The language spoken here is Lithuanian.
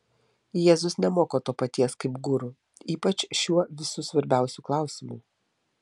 jėzus nemoko to paties kaip guru ypač šiuo visų svarbiausiu klausimu